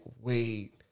Wait